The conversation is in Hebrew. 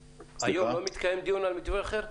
היום לא מתקיים דיון על מתווה אחר?